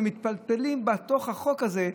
ומתפלפלים בתוך החוק הזה,